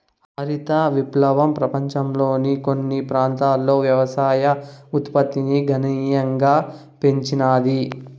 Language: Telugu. హరిత విప్లవం పపంచంలోని కొన్ని ప్రాంతాలలో వ్యవసాయ ఉత్పత్తిని గణనీయంగా పెంచినాది